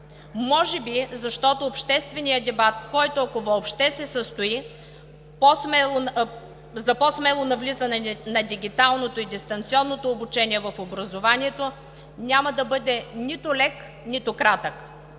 Може би, защото общественият дебат, който, ако въобще се състои, за по-смело навлизане на дигиталното и дистанционното обучение в образованието, няма да бъде нито лек, нито кратък.